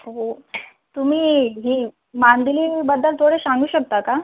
हो तुम्ही ही मांदेलीबद्दल थोडे सांगू शकता का